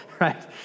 right